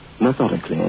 methodically